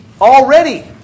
already